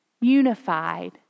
unified